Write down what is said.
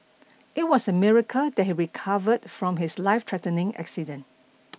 it was a miracle that he recovered from his life threatening accident